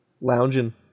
lounging